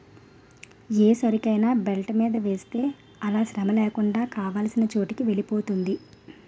ఏ సరుకైనా బెల్ట్ మీద వేస్తే అలా శ్రమలేకుండా కావాల్సిన చోటుకి వెలిపోతుంది